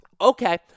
Okay